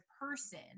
person